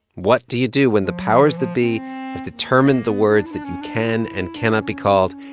what do you do when the powers that be have determined the words that you can and cannot be called,